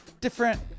different